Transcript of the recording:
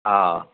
অঁ